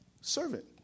servant